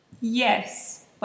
Yes